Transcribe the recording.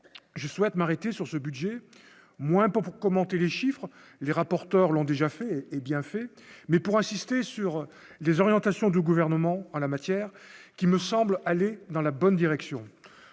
je souhaite m'arrêter sur ce budget moins pour commenter les chiffres, les rapporteurs, l'ont déjà fait et bien fait, mais pour insister sur les orientations du gouvernement en la matière, qui me semble aller dans la bonne direction,